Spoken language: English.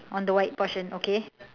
on the white portion okay